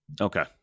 Okay